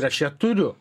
aš ją turiu